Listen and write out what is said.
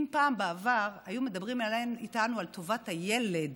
אם פעם בעבר היו מדברים איתנו על טובת הילד